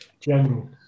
general